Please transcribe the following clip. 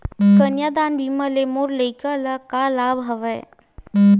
कन्यादान बीमा ले मोर लइका ल का लाभ हवय?